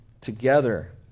together